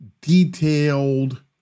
detailed